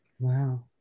Wow